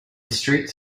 streets